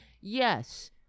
Yes